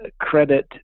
credit